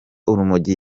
urumogi